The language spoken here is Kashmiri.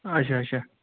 اچھا اچھا